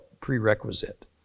prerequisite